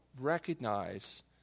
recognize